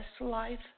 life